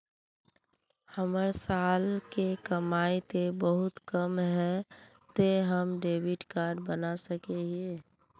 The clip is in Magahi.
हमर साल के कमाई ते बहुत कम है ते हम डेबिट कार्ड बना सके हिये?